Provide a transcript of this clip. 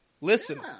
listen